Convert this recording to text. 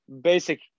basic